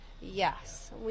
Yes